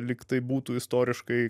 lyg tai būtų istoriškai